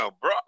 bro